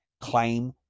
Claim